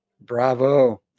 Bravo